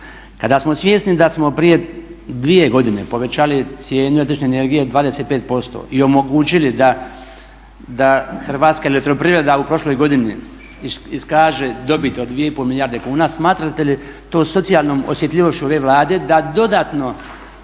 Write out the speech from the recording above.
Kada smo svjesni da smo prije dvije godine povećali cijenu električne energije 25% i omogućili da Hrvatska elektroprivreda u prošloj godini iskaže dobit od dvije i pol milijarde kuna smatrate li to socijalnom osjetljivošću ove Vlade da dodatno